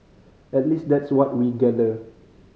at least that's what we gather